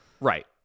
Right